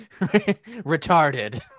retarded